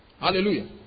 Hallelujah